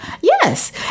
Yes